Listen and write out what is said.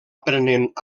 prenent